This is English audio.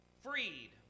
Freed